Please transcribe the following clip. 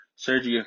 Sergio